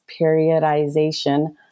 Periodization